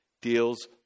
deals